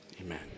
amen